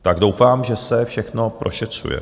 Tak doufám, že se všechno prošetřuje.